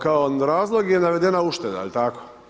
Kao razlog je navedena ušteda, jel tako?